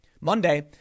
Monday